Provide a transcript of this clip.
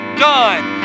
done